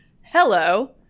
hello